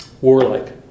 warlike